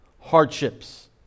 Hardships